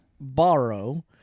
borrow